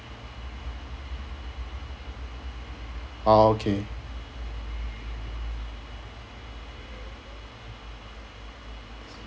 ah okay